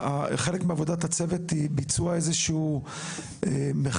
חלק מעבודת הצוות זה ביצוע איזשהו מחקר,